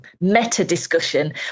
meta-discussion